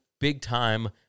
big-time